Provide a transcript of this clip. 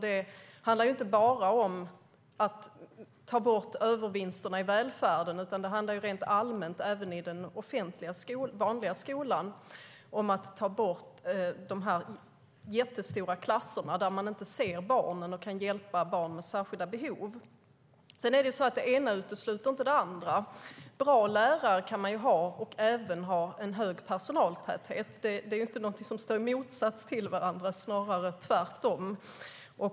Det handlar inte bara om att ta bort övervinsterna i välfärden, utan det handlar även om att i den vanliga, offentliga skolan ta bort de jättestora klasserna där man inte ser barnen och kan hjälpa barn med särskilda behov. Det ena utesluter heller inte det andra. Man kan ha både bra lärare och hög personaltäthet. Det är inget som står i motsatsställning till varandra utan snarare tvärtom.